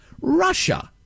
Russia